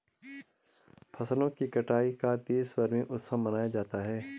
फसलों की कटाई का देशभर में उत्सव मनाया जाता है